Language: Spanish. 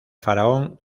faraón